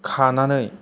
खानानै